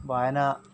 भएन